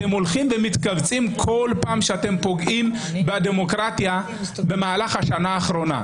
אתם משתגעים מהאהדה ומהתמיכה שנתניהו מקבל ולכן אתם נמצאים פה.